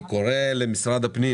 אני קורא למשרד הפנים